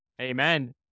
Amen